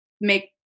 make